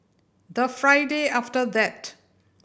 the Friday after that